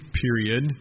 period